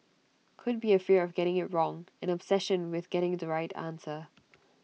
could be A fear of getting IT wrong an obsession with getting the right answer